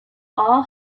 all